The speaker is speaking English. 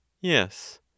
yes